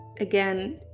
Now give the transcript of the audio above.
again